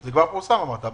היימן,